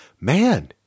man